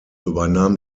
übernahm